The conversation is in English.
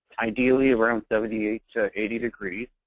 ideally around seventy eight eighty degrees.